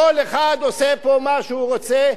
כל אחד עושה פה מה שהוא רוצה.